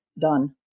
done